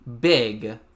big